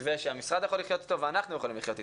מתווה שהמשרד יכול לחיות איתו ואנחנו יכולים לחיות איתו.